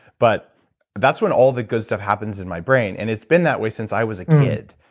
but that's when all the good stuff happens in my brain, and it's been that way since i was a kid.